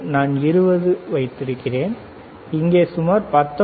நான் 20 ஐ வைத்திருக்கிறேன் இங்கே சுமார் 19